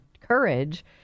courage